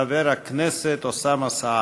חבר הכנסת אוסאמה סעדי.